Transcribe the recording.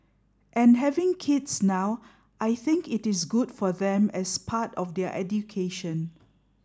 and having kids now I think it is good for them as part of their education